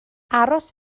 aros